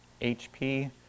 HP